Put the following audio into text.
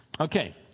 Okay